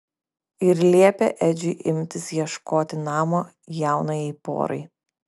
ir liepė edžiui imtis ieškoti namo jaunajai porai